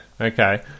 okay